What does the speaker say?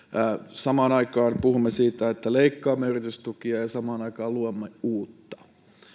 samaan aikaan kun puhumme siitä että leikkaamme yritystukia luomme uutta